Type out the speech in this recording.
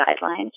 guidelines